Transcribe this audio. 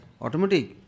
automatic